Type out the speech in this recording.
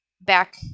back